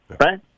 right